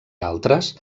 altres